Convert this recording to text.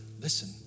listen